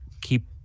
keep